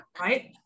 Right